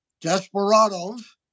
desperados